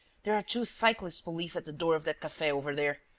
there are two cyclist police at the door of that cafe over there.